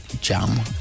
jam